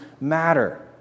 matter